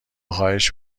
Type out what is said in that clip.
خواهش